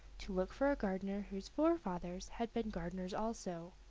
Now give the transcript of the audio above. to look for a gardener whose forefathers had been gardeners also,